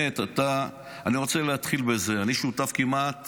אני רוצה להתחיל בזה: אני שותף כמעט